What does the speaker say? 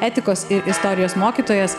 etikos ir istorijos mokytojas